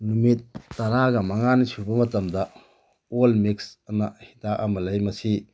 ꯅꯨꯃꯤꯠ ꯇꯔꯥꯒ ꯃꯉꯥꯅꯤ ꯁꯨꯕ ꯃꯇꯝꯗ ꯑꯣꯜ ꯃꯤꯛꯁ ꯑꯅ ꯍꯤꯗꯥꯛ ꯑꯃ ꯂꯩ ꯃꯁꯤ